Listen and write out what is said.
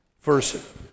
Verse